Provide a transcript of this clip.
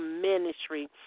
Ministry